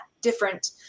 different